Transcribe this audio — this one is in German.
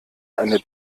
eine